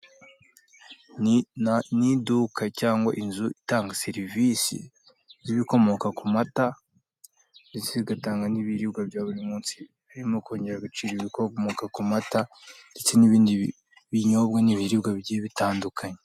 Ni na ni iduka cyangwa inzu itanga serivise z'ibikomoka ku mata, ndetse bigatanga n'ibiribwa bya buri munsi birimo kongera agaciro kubikomoka ku mata, ndetse n'ibindi binyobwa n'ibiribwa bigiye bitandukanye.